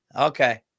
Okay